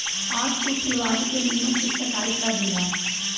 आज तू फुलवारी के निमन से छटाई कअ दिहअ